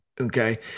okay